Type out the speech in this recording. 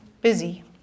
busy